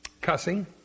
cussing